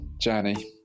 journey